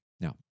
Now